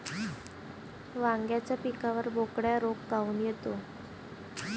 वांग्याच्या पिकावर बोकड्या रोग काऊन येतो?